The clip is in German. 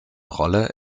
rolle